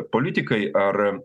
politikai ar